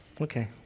Okay